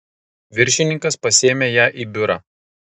viršininkas pasiėmė ją į biurą